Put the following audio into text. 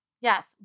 yes